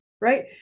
right